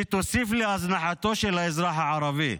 שתוסיף להזנחתו של האזרח הערבי,